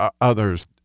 others